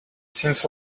seems